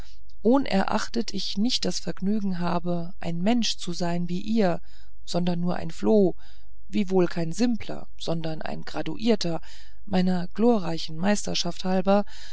ohnerachtet ich nicht das vergnügen habe ein mensch zu sein wie ihr sondern nur ein floh wiewohl kein simpler sondern ein graduierter meiner glorreichen meisterschaft halber